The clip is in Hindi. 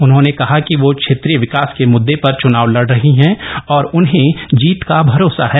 उन्होंने कहा कि वो क्षेत्रीय विकास के मुददे पर च्नाव लड़ रही हैं और उन्हें जीत का भरोसा है